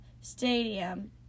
Stadium